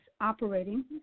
operating